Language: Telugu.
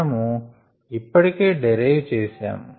మనము ఇప్పటికే డిరైవ్ చేసాము